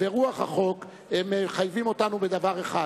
ורוח החוק מחייבות אותנו לדבר אחד: